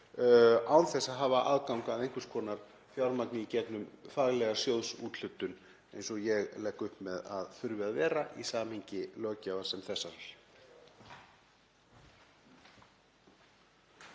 án þess að hafa aðgang að einhvers konar fjármagni í gegnum faglega sjóðsúthlutun eins og ég legg upp með að þurfi að vera í samhengi löggjafar sem þessarar.